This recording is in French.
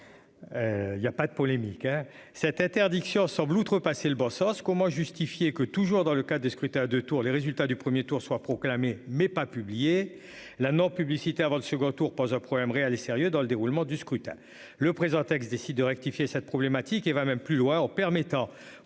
Il y a pas de polémique hein cette interdiction semble outrepasser le bon sens. Comment justifier que toujours dans le cas du scrutin à 2 tours. Les résultats du 1er tour soit proclamé mais pas publié la publicité avant le second tour, pose un problème réel et sérieux dans le déroulement du scrutin. Le présent texte décide de rectifier cette problématique et va même plus loin en permettant